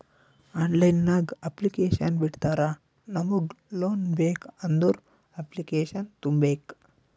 online ನಾಗ್ application ಬಿಡ್ತಾರಾ ನಮುಗ್ ಲೋನ್ ಬೇಕ್ ಅಂದುರ್ ಅಪ್ಲಿಕೇಶನ್ ತುಂಬೇಕ್